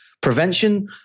prevention